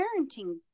parenting